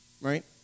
right